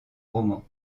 romans